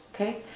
Okay